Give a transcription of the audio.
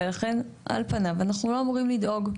ולכן אנחנו לא אמורים לדאוג.